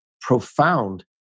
profound